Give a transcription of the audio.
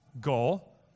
Goal